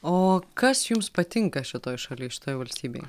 o kas jums patinka šitoj šaly šitoj valstybėj